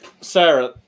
Sarah